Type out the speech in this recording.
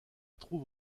trouve